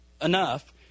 enough